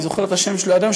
אני זוכר את השם שלו עד היום,